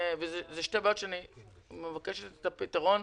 אלה שתי בעיות שאני מבקשת שתעזרי עם הפתרון